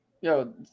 yo